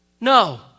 No